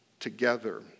together